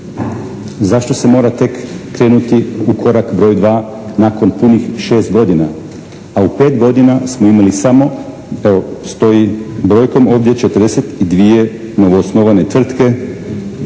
Zašto se mora tek krenuti u korak broj 2 nakon punih 6 godina? A u punih 5 godina smo imali samo evo stoji brojkom ovdje 42 novoosnovane tvrtke.